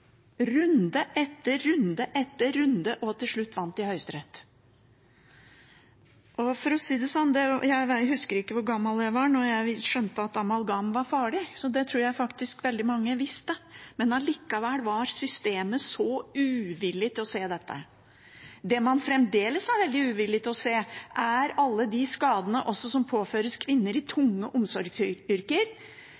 runde etter runde etter runde og til slutt vant i Høyesterett. For å si det sånn, jeg husker ikke hvor gammel jeg var da jeg skjønte at amalgam var farlig, så det tror jeg faktisk veldig mange visste, men allikevel var systemet så uvillig til å se dette. Det man fremdeles er veldig uvillig til å se, er alle de skadene som påføres kvinner i